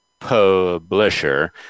Publisher